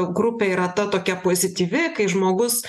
grupė yra ta tokia pozityvi kai žmogus